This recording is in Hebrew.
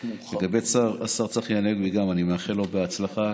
לגבי השר צחי הנגבי, אני מאחל גם לו בהצלחה.